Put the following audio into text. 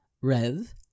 Rev